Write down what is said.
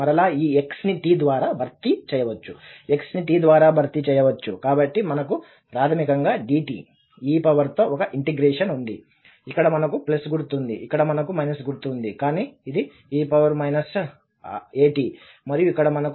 మరలా ఈ x ని t ద్వారా భర్తీ చేయవచ్చు x ని t ద్వారా భర్తీ చేయవచ్చు కాబట్టి మనకు ప్రాథమికంగా dt e పవర్తో ఒకే ఇంటిగ్రేషన్ ఉంది ఇక్కడ మనకు ప్లస్ గుర్తు ఉంది ఇక్కడ మనకు మైనస్ గుర్తు ఉంది కానీ ఇది e at మరియు ఇక్కడ మనకు e at కూడా ఉంది